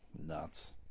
nuts